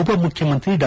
ಉಪಮುಖ್ಯಮಂತ್ರಿ ಡಾ